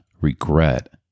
regret